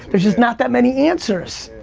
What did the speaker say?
there's just not that many answers.